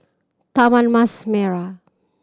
Taman Mas Merah